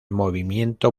movimiento